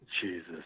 Jesus